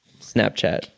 Snapchat